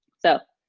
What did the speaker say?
so,